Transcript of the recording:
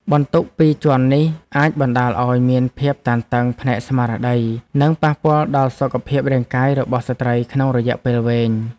បន្ទុកពីរជាន់នេះអាចបណ្តាលឱ្យមានភាពតានតឹងផ្នែកស្មារតី និងប៉ះពាល់ដល់សុខភាពរាងកាយរបស់ស្ត្រីក្នុងរយៈពេលវែង។